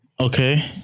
Okay